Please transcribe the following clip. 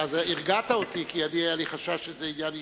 הרגעת אותי, כי היה לי חשש שזה עניין אישי.